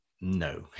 No